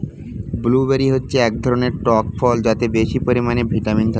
blueberry হচ্ছে এক ধরনের টক ফল যাতে বেশি পরিমাণে ভিটামিন থাকে